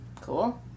cool